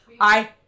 I-